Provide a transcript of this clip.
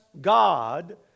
God